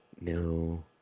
No